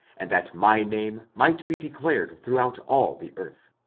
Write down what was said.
and that my name might be declared throughout all the earth.